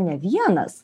ne vienas